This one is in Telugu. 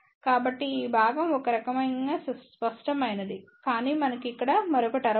కాబట్టి ఈ భాగం ఒక రకమైన స్పష్టమైనది కానీ మనకు ఇక్కడ మరొక టర్మ్ ఉంది